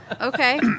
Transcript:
Okay